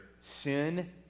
sin